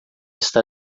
está